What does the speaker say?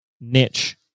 niche